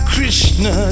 Krishna